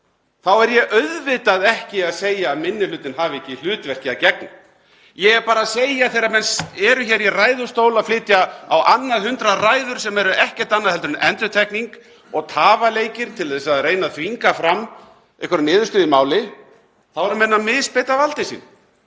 þá er ég auðvitað ekki að segja að minni hlutinn hafi ekki hlutverki að gegna. Ég er bara að segja að þegar menn eru hér í ræðustól að flytja á annað hundrað ræður sem eru ekkert annað en endurtekning og tafaleikir til að reyna að þvinga fram einhverja niðurstöðu í máli, þá eru menn að misbeita valdi sínu.